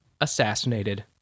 assassinated